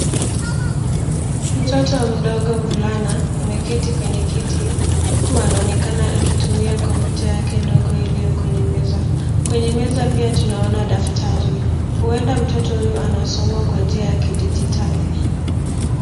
Mtoto mdogo mvulana ameketi kwenye kiti huku anaonekana akitumia kompyuta yake ndogo iliyo kwenye meza. Kwenye meza pia tunaona daftari. Huenda mtoto huyu anasoma kwa njia ya kidijitali.